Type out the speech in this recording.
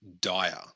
dire